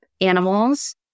animals